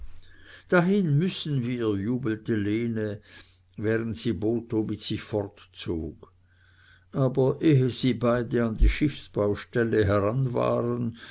dahin müssen wir jubelte lene während sie botho mit sich fortzog aber ehe beide bis an die schiffsbaustelle heran waren